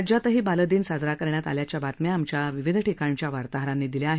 राज्यातही बालदिन साजरा करण्यात आल्याच्या बातम्या आमच्या विविध ठिकाणच्या वार्ताहरांनी दिल्या आहेत